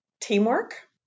teamwork